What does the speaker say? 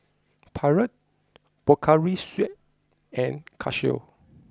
Pilot Pocari Sweat and Casio